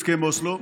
הסכם אוסלו.